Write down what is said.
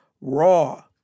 Raw